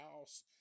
house